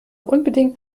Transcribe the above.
unbedingt